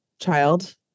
child